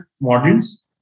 models